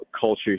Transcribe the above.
culture